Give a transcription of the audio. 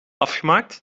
afgemaakt